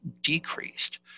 decreased